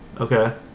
Okay